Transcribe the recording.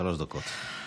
שלוש דקות.